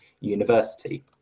university